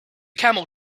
camel